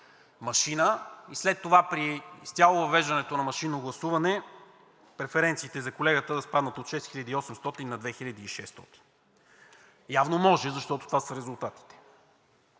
и след това при изцяло въвеждането на машинно гласуване преференциите за колегата да спаднат от 6 хиляди и 800 на 2 хиляди и 600? Явно може, защото това да резултатите.